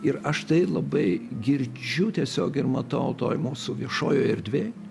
ir aš tai labai girdžiu tiesiog ir matau toj mūsų viešojoje erdvėj